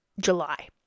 july